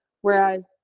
Whereas